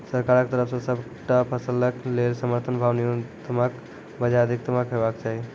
सरकारक तरफ सॅ सबटा फसलक लेल समर्थन भाव न्यूनतमक बजाय अधिकतम हेवाक चाही?